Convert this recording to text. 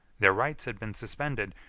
their rights had been suspended,